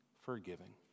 forgiving